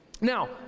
Now